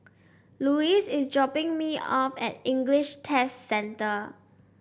Louis is dropping me off at English Test Centre